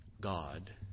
God